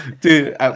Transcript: Dude